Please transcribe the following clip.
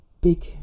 big